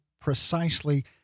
precisely